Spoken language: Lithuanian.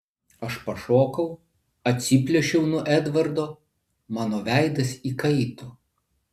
aš pašokau atsiplėšiau nuo edvardo mano veidas įkaito